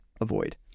avoid